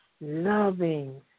Loving